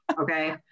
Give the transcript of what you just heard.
okay